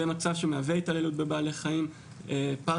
מצב שמהווה התעללות בבעלי חיים פר-אקסלנס,